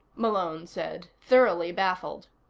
malone said, thoroughly baffled.